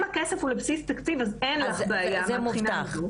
אם הכסף הוא לבסיס תקציב אז אין לך בעיה מהבחינה הזו.